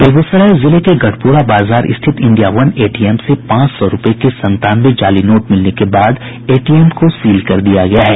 बेगूसराय के गढ़पुरा बाजार स्थित इंडिया वन एटीएम से पांच सौ रूपये के संतानवे जाली नोट मिलने के बाद एटीएम को सील कर दिया गया है